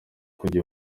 kujya